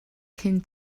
cyn